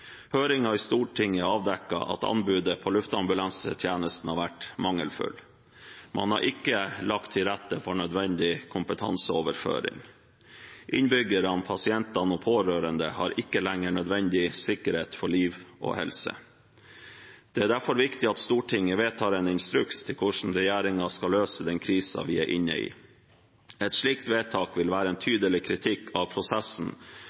i Stortinget avdekket at anbudet på luftambulansetjenesten har vært mangelfull. Man har ikke lagt til rette for nødvendig kompetanseoverføring. Innbyggerne, pasientene og pårørende har ikke lenger nødvendig sikkerhet for liv og helse. Det er derfor viktig at Stortinget vedtar en instruks til hvordan regjeringen skal løse den krisen vi er inne i. Et slikt vedtak vil være en tydelig kritikk av prosessen